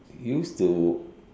used to